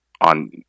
on